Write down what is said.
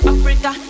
Africa